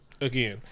Again